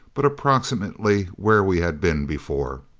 but approximately where we had been before.